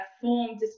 formed